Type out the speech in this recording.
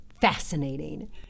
Fascinating